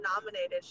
nominated